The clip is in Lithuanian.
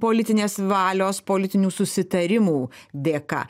politinės valios politinių susitarimų dėka